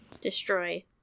destroy